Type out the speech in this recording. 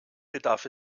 bedarf